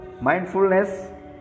mindfulness